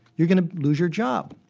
you're going to lose your job.